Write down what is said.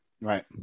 right